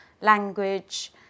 language